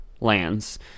lands